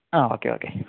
ആ okay okay